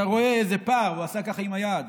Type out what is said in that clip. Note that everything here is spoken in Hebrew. אתה רואה איזה פער, הוא עשה ככה עם היד,